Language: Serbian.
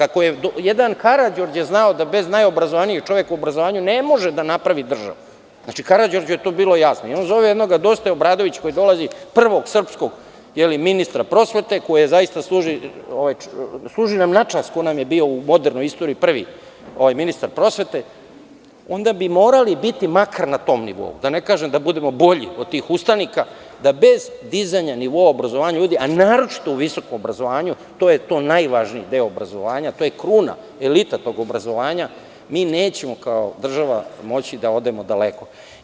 Ako je jedan Karađorđe znao da bez najobrazovanijeg čoveka u obrazovanju ne može da napravi državu, Karađorđu je to bilo jasno i on zove jednog Dositeja Obradovića koji dolazi, prvog srpskog ministra prosvete koji nam zaista služi na čast koji nam je bio u modernoj istoriji prvi ministar prosvete, onda bi morali da budemo makar na tom nivou, da ne kažem da budemo bolji od tih ustanika, da bez dizanja nivoa obrazovanja ljudi, a naročito u visokom obrazovanju, to je taj najvažniji deo obrazovanja, to je kruna, elita tog obrazovanja, mi nećemo kao država moći da odemo daleko.